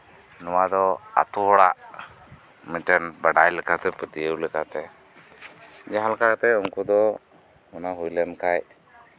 ᱱᱚᱣᱟ ᱫᱚ ᱟᱛᱳ ᱦᱚᱲᱟᱜ ᱢᱤᱫᱴᱮᱱ ᱵᱟᱲᱟᱭ ᱞᱮᱠᱟᱛᱮ ᱯᱟᱹᱛᱭᱟᱹᱣ ᱞᱮᱠᱟᱛᱮ ᱡᱟᱸᱦᱟ ᱞᱮᱠᱟ ᱠᱟᱛᱮ ᱩᱱᱠᱩ ᱫᱚ ᱚᱱᱟ ᱦᱩᱭ ᱞᱮᱱᱠᱷᱟᱱ